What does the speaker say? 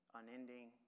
unending